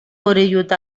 orellut